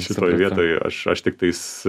šitoj vietoj aš aš tiktais